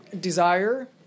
desire